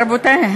רבותי,